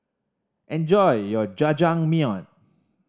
enjoy your Jajangmyeon